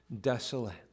desolate